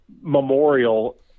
memorial